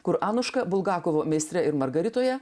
kur anuška bulgakovo meistre ir margaritoje